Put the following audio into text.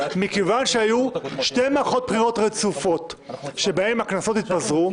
מכיוון שהיו שתי מערכות בחירות רצופות שבהן הכנסות התפזרו,